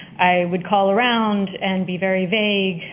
i would call around and be very vague.